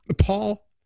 Paul